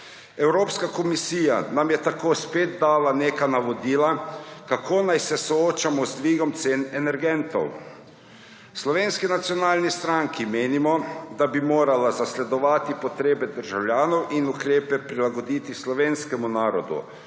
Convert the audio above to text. Evropska komisija nam je tako spet dala neka navodila, kako naj se soočamo z dvigom cen energentov. V Slovenski nacionalni stranki menimo, da bi morala zasledovati potrebe državljanov in ukrepe prilagoditi slovenskemu narodu,